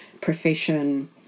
profession